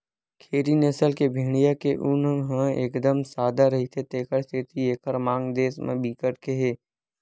खेरी नसल के भेड़िया के ऊन ह एकदम सादा रहिथे तेखर सेती एकर मांग देस म बिकट के हे